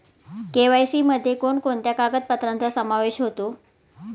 KYC मध्ये कोणकोणत्या कागदपत्रांचा समावेश होतो?